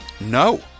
No